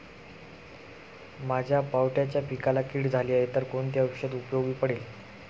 माझ्या पावट्याच्या पिकाला कीड झाली आहे तर कोणते औषध उपयोगी पडेल?